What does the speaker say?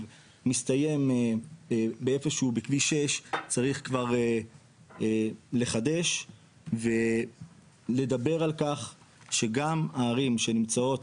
מסתיים איפה שהוא בכביש 6 צריך כבר לחדש ולדבר על כך שגם הערים שנמצאות